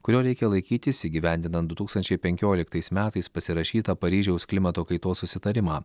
kurio reikia laikytis įgyvendinant du tūkstančiai penkioliktais metais pasirašytą paryžiaus klimato kaitos susitarimą